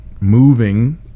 moving